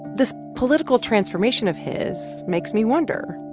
this political transformation of his makes me wonder,